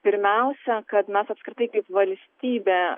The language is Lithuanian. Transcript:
pirmiausia kad mes apskritai kaip valstybė